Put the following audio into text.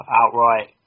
outright